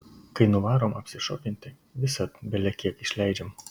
kai nuvarom apsišopinti visad belekiek išleidžiam